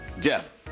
Jeff